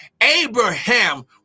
Abraham